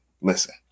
listen